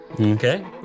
Okay